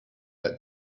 had